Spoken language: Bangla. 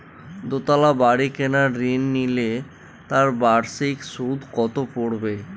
দুতলা বাড়ী কেনার ঋণ নিলে তার বার্ষিক সুদ কত পড়বে?